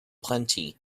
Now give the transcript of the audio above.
plenty